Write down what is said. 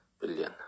billion